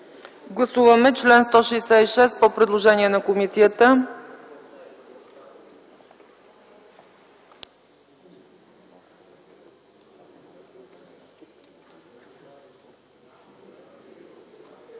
Гласуваме чл. 166 по предложение на комисията.